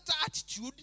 attitude